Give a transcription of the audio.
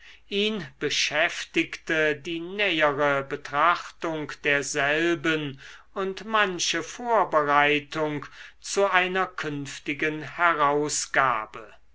ihn beschäftigte die nähere betrachtung derselben und manche vorbereitung zu einer künftigen herausgabe